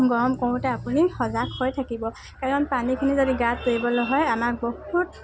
গৰম কৰোঁতে আপুনি সজাগ হৈ থাকিব কাৰণ পানীখিনি যদি গাত পৰিবলৈ হয় আমাৰ বহুত